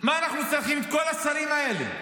מה אנחנו צריכים את כל השרים האלה?